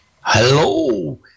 Hello